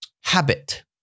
habit